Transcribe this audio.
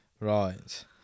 Right